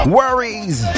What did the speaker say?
worries